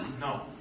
No